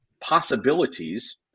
possibilities